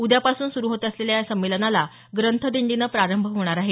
उद्यापासून सुरू होत असलेल्या संमेलनाला ग्रंथदिंडीनं प्रारंभ होणार आहे